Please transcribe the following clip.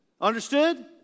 Understood